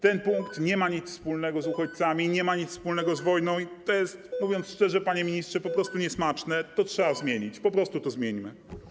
Ten punkt nie ma nic wspólnego z uchodźcami i nie ma nic wspólnego z wojną i to jest, mówiąc szczerze, panie ministrze, po prostu niesmaczne, to trzeba zmienić, po prostu to zmieńmy.